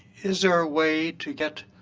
is there a way to get